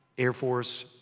air force.